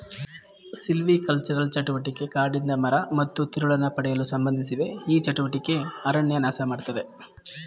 silvicultural ಚಟುವಟಿಕೆ ಕಾಡಿಂದ ಮರ ಮತ್ತು ತಿರುಳನ್ನು ಪಡೆಯಲು ಸಂಬಂಧಿಸಿವೆ ಈ ಚಟುವಟಿಕೆ ಅರಣ್ಯ ನಾಶಮಾಡ್ತದೆ